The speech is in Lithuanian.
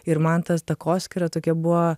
ir man tas takoskyra tokia buvo